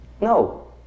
No